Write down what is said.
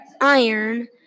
iron